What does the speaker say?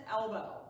elbow